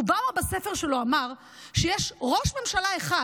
אובמה, בספר שלו, אמר שיש ראש ממשלה אחד